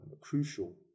crucial